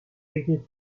technique